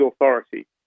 authority